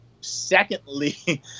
secondly